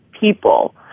people